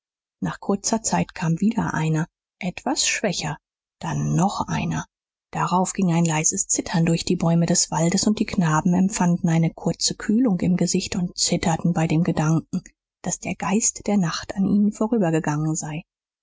nach kurzer zeit kam wieder einer etwas schwächer dann noch einer darauf ging ein leises zittern durch die bäume des waldes und die knaben empfanden eine kurze kühlung im gesicht und zitterten bei dem gedanken daß der geist der nacht an ihnen vorübergegangen sei